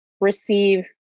receive